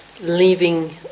leaving